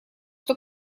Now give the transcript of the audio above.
что